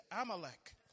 Amalek